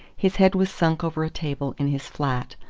his head was sunk over a table in his flat.